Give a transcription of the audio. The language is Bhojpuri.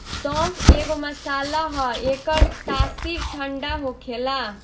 सौंफ एगो मसाला हअ एकर तासीर ठंडा होखेला